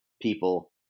people